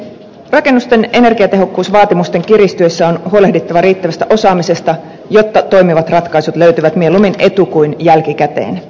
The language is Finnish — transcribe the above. rakennusten energiatehokkuusvaatimusten kiristyessä on huolehdittava riittävästä osaamisesta jotta toimivat ratkaisut löytyvät mieluummin etu kuin jälkikäteen